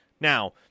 Now